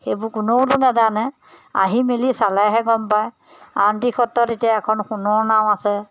সেইবোৰ কোনেওতো নাজানে আহি মেলি চালেহে গম পায় আউনীআটি সত্ৰত এতিয়া এখন সোণৰ নাও আছে